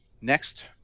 next